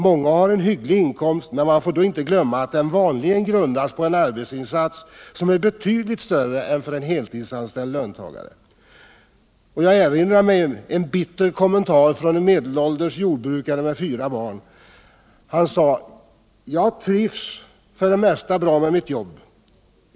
Många har en hygglig inkomst, men man får då inte glömma att den vanligen grundas på en arbetsinsats som är betydligt större än för en heltidsanställd löntagare. Jag erinrar mig en bitter kommentar från en medelålders jordbrukare med fyra barn. Han sade: Jag trivs för det mesta bra med mitt jobb.